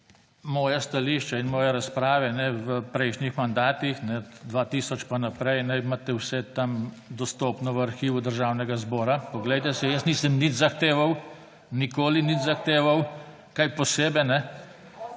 moja stališča in moje razprave v prejšnjih mandatih 2000 in naprej, imate vse tam dostopno v arhivu Državnega zbora, poglejte si. Jaz nisem nič zahteval, nikoli nič zahteval kaj posebej,